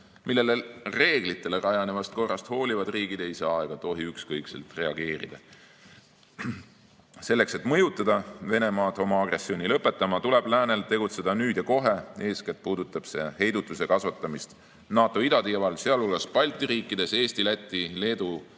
millele reeglitele rajanevast korrast hoolivad riigid ei saa ega tohi ükskõikselt reageerida. Selleks, et mõjutada Venemaad oma agressiooni lõpetama, tuleb läänel tegutseda nüüd ja kohe. Eeskätt puudutab see heidutuse kasvatamist NATO idatiival, sealhulgas Balti riikides. Eesti, Läti, Leedu